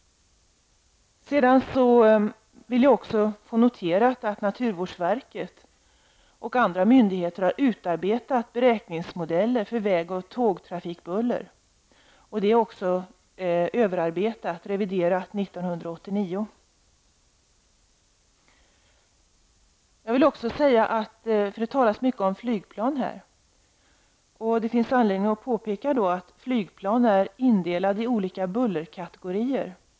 Naturvårdsverket och andra myndigheter har utarbetat beräkningsmodeller för väg och tågtrafikbuller. Dessa beräkningsmodeller omarbetades och reviderades 1989. Det talas mycket om flygplan här. Det finns anledning att påpeka att flygplan är indelade i olika bullerkategorier.